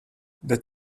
that